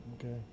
Okay